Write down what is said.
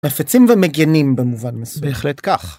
מפצים ומגנים במובן מסוים. בהחלט כך.